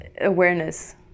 awareness